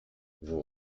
vous